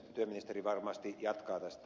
työministeri varmasti jatkaa tästä